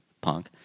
Punk